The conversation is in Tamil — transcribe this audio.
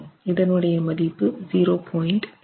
இதனுடைய மதிப்பு 0